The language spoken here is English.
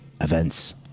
events